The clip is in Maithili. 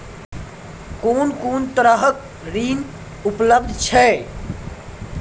कून कून तरहक ऋण उपलब्ध छै?